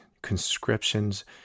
conscriptions